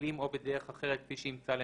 המילים "או בדרך אחרת כפי שימצא לנכון"